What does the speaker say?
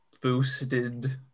boosted